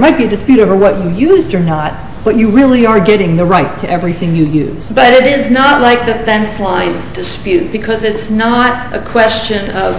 might be a dispute over what used or not what you really are getting the right to everything you use but it is not like the fence line dispute because it's not a question of